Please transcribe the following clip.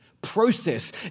process